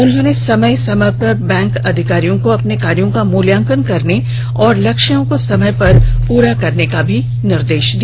उन्होंने समय समय पर बैंक अधिकारियों को अपने कार्यो का मूल्यांकन करने और लक्ष्यों को समय पर पूरा करने का निर्देश दिया